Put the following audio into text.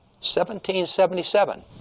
1777